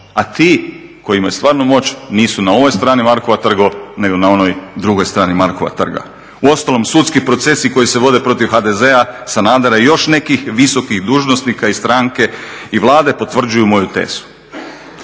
a ti koji imaju stvarnu moć nisu na ovoj strani Markova trga, nego na onoj drugoj strani Markova trga. U ostalom, sudski procesi koji se vode protiv HDZ-a, Sanadera i još nekih visokih dužnosnika i stranke i Vlade potvrđuju moju tezu.